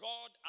God